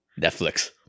Netflix